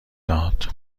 داد